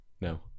No